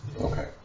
Okay